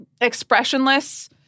expressionless